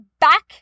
back